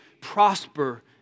prosper